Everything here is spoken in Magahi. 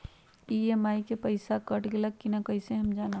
ई.एम.आई के पईसा कट गेलक कि ना कइसे हम जानब?